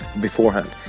beforehand